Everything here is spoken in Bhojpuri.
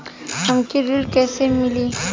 हमके ऋण कईसे मिली?